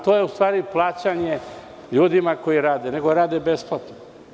To je u stvari plaćanje ljudima koji rade, nego rade besplatno.